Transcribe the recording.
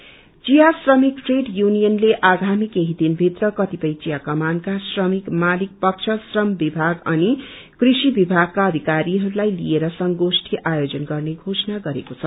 the चिया श्रमिक trade युनियनले आगामी केही दिनषित्र कतिपय चिया कमानका श्रमिक मालिक पब्न श्रम विभाग अनि कृषि विभागका अध्क्रिहरूलाई लिएर संगोष्ठी आयोजन गर्ने घोषणा गरेको छ